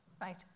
Right